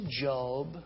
Job